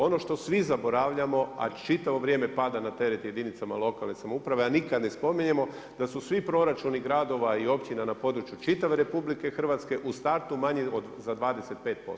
Ono što svi zaboravljamo a čitavo vrijeme pada na teret jedinicama lokalne samouprave a nikada ne spominjemo da su svi proračuni gradova i općina na području čitave RH u startu manji za 25%